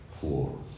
four